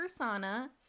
persona